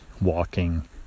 walking